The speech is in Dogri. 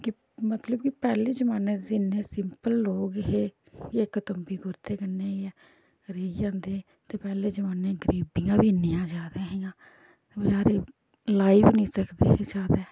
कि मतलब कि पैह्ले जमान्ने च इन्ने सिंपल लोग हे इक तम्बी कुर्ते कन्नै गै रेहियै जंदे हे ते पैह्ले जमान्ने गरीबियां बी इन्नियां ज्यादा हियां बजारी लाई बी नेईं सकदे हे ज्यादा